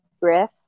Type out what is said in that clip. Breath